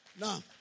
Now